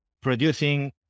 producing